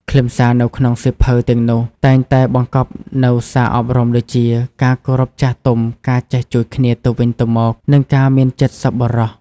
ខ្លឹមសារនៅក្នុងសៀវភៅទាំងនោះតែងតែបង្កប់នូវសារអប់រំដូចជា ការគោរពចាស់ទុំ ការចេះជួយគ្នាទៅវិញទៅមក និងការមានចិត្តសប្បុរស។